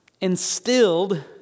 instilled